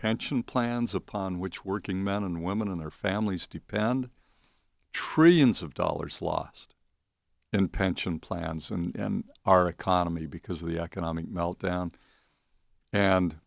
pension plans upon which working men and women and their families depend trillions of dollars lost in pension plans and our economy because of the economic meltdown and